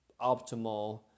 optimal